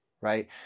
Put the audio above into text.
right